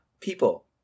people